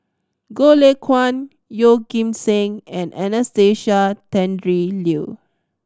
Goh Lay Kuan Yeoh Ghim Seng and Anastasia Tjendri Liew